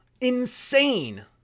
Insane